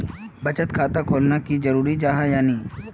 बचत खाता खोलना की जरूरी जाहा या नी?